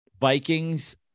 Vikings